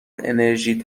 انرژی